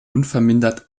unvermindert